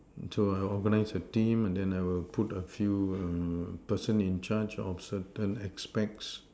so I will organize a team and then I will put a few person in charge of certain aspects